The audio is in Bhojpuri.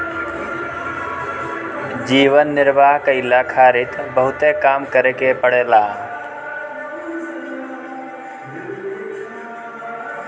जीवन निर्वाह कईला खारित बहुते काम करे के पड़ेला